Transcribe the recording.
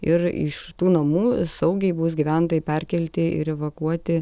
ir iš tų namų saugiai bus gyventojai perkelti ir evakuoti